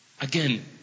again